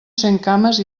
centcames